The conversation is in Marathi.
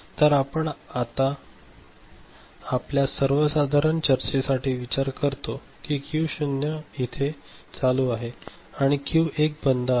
तर आपण आता आपल्या सर्वसाधारण चर्चेसाठी विचार करतो की क्यू शून्य इथे चालू आहे आणि क्यू 1 बंद आहे